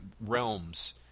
realms